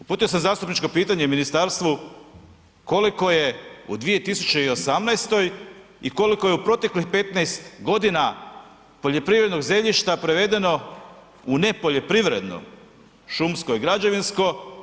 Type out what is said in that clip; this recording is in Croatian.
Uputio sam zastupničko pitanje ministarstvu koliko je u 2018. i koliko je u proteklih 15 godina poljoprivrednog zemljišta prevedeno u nepoljoprivredno, šumsko i građevinsko.